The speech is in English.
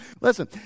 listen